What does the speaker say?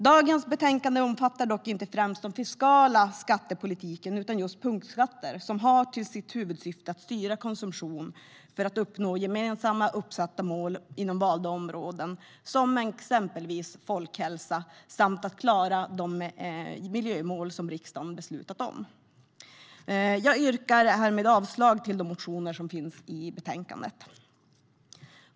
Dagens betänkande omfattar dock inte främst den fiskala skattepolitiken utan just punktskatterna, som har som sitt huvudsyfte att styra konsumtionen för att uppnå gemensamt uppsatta mål inom valda områden, som folkhälsa, samt klara de miljömål som riksdagen har beslutat om. Jag yrkar härmed avslag på de motioner som behandlas i betänkandet.